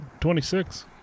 26